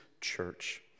church